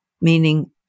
meaning